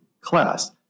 class